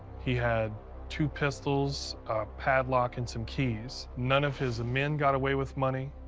he had two pistols, a padlock, and some keys. none of his men got away with money.